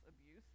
abuse